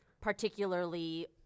particularly